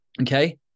okay